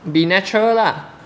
be natural lah